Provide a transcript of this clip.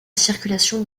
circulation